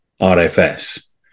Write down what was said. RFS